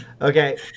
Okay